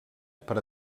per